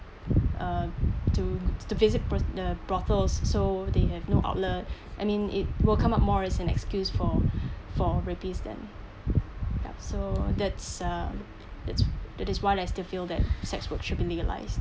uh to to visit bro~ the brothels so they have no outlet I mean it will come up more as an excuse for for rapists then yup so that's uh that's that is why I feel that sex work should be legalized